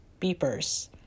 Beepers